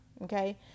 Okay